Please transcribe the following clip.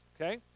okay